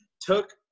took